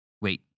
Wait